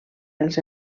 els